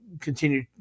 continue